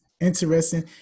interesting